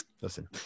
listen